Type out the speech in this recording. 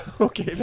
Okay